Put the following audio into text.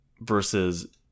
versus